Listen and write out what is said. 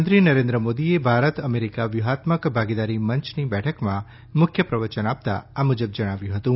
પ્રધાનમંત્રી નરેન્દ્ર મોદીએ ભારત અમેરીકા વ્યુહાત્મક ભાગીદારી મંચની બેઠકમાં મુખ્ય પ્રવચન આપતાં આ મુજબ જણાવ્યું હતું